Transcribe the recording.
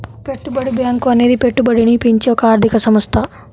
పెట్టుబడి బ్యాంకు అనేది పెట్టుబడిని పెంచే ఒక ఆర్థిక సంస్థ